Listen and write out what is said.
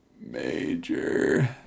Major